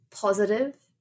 positive